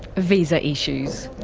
visa issues.